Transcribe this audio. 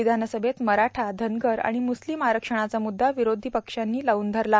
विधानसभेत मराठा धनगर आर्गाण मुस्लिम आरक्षणाचा मुद्दा र्यावरोधी पक्षांनी लाऊन धरला